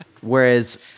Whereas